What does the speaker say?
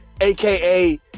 aka